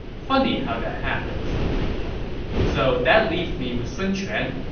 funny how that happens so that leaves me with sun quan,